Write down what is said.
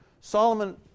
Solomon